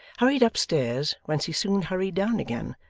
hurried up stairs, whence he soon hurried down again,